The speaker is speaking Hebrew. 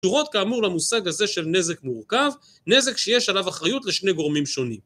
קשורות כאמור למושג הזה של נזק מורכב, נזק שיש עליו אחריות לשני גורמים שונים.